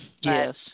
Yes